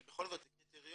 כי בכל זאת זה קריטריונים,